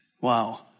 Wow